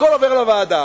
הכול עובר לוועדה.